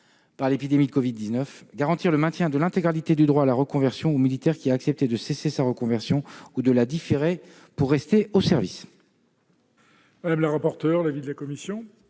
par l'épidémie de Covid-19 et la garantie du maintien de l'intégralité du droit à la reconversion au militaire qui a accepté de cesser sa reconversion ou de la différer pour rester en service. Quel est l'avis de la commission